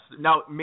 Now